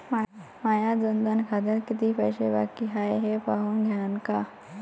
माया जनधन खात्यात कितीक पैसे बाकी हाय हे पाहून द्यान का?